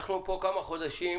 אנחנו פה כמה חודשים